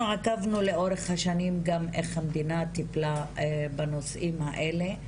אנחנו עקבנו לאורך השנים גם איך המדינה טיפלה בנושאים האלה,